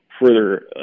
further